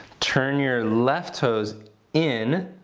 turn your left toes in.